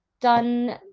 done